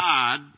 God